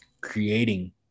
creating